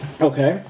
Okay